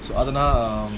so அதநான்:adha nan